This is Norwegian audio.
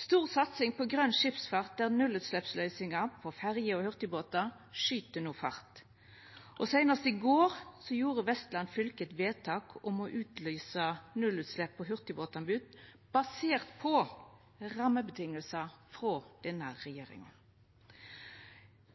stor satsing på grøn skipsfart, der nullutsleppsløysingar på ferje og hurtigbåtar no skyt fart, og seinast i går gjorde Vestland fylke eit vedtak om å utlysa nullutslepp på hurtigbåtanbod basert på rammevilkår frå denne regjeringa.